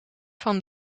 van